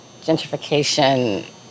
gentrification